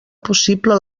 possible